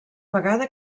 vegada